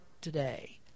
today